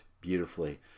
beautifully